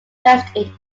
rest